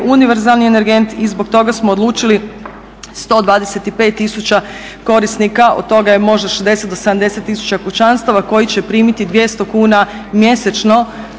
univerzalni energent i zbog toga smo odlučili 125000 korisnika, od toga je možda 60 do 70000 kućanstava koji će primiti 200 kuna mjesečno